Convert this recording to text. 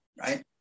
right